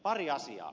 pari asiaa